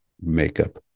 makeup